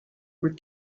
were